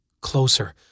Closer